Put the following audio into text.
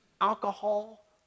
alcohol